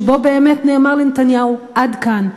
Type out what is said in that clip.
שבו באמת נאמר לנתניהו: עד כאן.